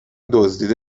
دزدیده